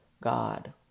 God